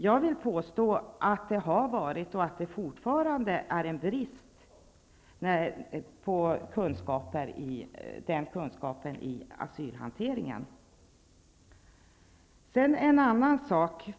Jag vill påstå att det har varit och fortfarande är en brist på den kunskapen i asylhanteringen.